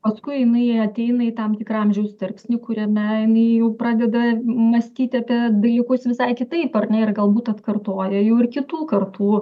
paskui jinai ateina į tam tikrą amžiaus tarpsnį kuriame jinai jau pradeda mąstyti apie dalykus visai kitaip ar ne ir galbūt atkartoja jau ir kitų kartų